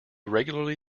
regularly